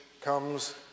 comes